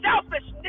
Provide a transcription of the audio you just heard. selfishness